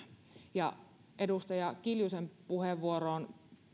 edustaja kiljusen puheenvuoroon